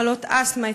מחלות אסתמה,